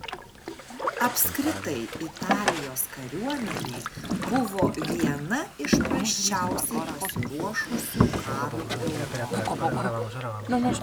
apskritai italijos kariuomenė buvo viena iš prasčiausiai pasiruošusių karui europoje